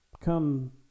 come